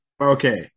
Okay